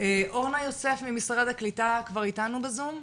אורנה יוסף ממשרד הקליטה כבר איתנו בזום?